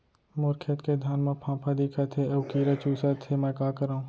मोर खेत के धान मा फ़ांफां दिखत हे अऊ कीरा चुसत हे मैं का करंव?